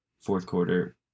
fourth-quarter